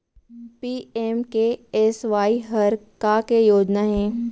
PMKSY हर का के योजना हे?